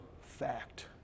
fact